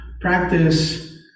practice